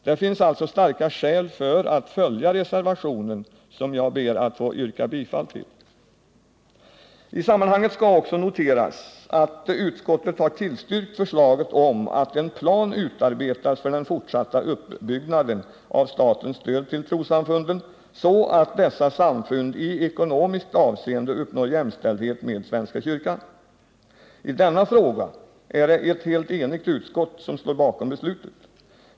Det finns alltså starka skäl för att följa reservationen, som jag ber att få yrka bifall till. I sammanhanget skall också noteras att utskottet har tillstyrkt förslaget om att en plan utarbetas för den fortsatta uppbyggnaden av statens stöd till trossamfunden, så att dessa samfund i ekonomiskt avseende uppnår jämställdhet med svenska kyrkan. I denna fråga är det ett helt enigt utskott som står bakom beslutet.